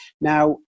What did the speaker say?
Now